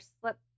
slip